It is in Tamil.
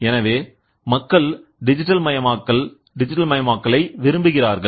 எனவே மக்கள் டிஜிட்டல் மயமாக்கல் விரும்புகிறார்கள்